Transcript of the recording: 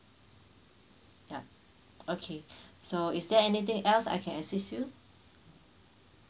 yup okay so is there anything else I can assist you